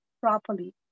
properly